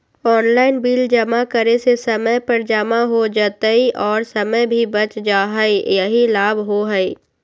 Online bill जमा करे से समय पर जमा हो जतई और समय भी बच जाहई यही लाभ होहई?